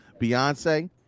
Beyonce